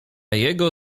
jego